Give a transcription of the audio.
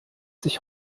sich